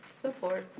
support.